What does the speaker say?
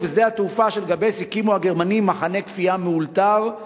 ובשדה התעופה של גאבס הקימו הגרמנים מחנה כפייה מאולתר.